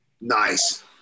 Nice